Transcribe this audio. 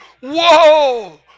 whoa